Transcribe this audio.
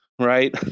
right